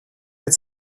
mit